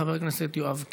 חבר הכנסת יואב קיש,